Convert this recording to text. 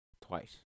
Twice